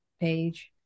page